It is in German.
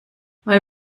weil